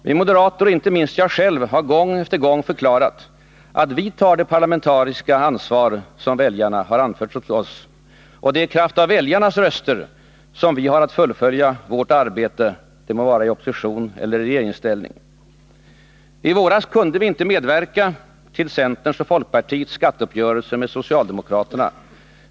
Vi moderater, och inte minst jag själv, har gång efter gång förklarat att vi tar det parlamentariska ansvar som väljarna anförtrott oss. Det är i kraft av väljarnas röster som vi har att fullfölja vårt arbete — det må vara i opposition eller i regeringsställning. I våras kunde vi inte medverka till centerns och folkpartiets skatteuppgörelse med socialdemokraterna.